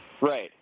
Right